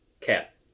Cat